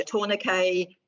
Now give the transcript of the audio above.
tourniquet